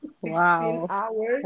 Wow